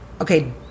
okay